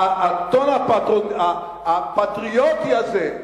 הטון הפטריוטי הזה: